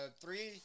three